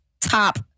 top